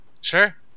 Sure